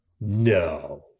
No